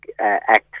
Act